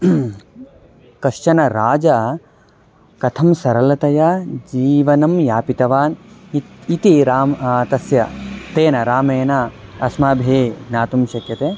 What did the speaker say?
कश्चन राजा कथं सरलतया जीवनं यापितवान् इ इति रामः तस्य तेन रामेण अस्माभिः ज्ञातुं शक्यते